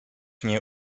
nie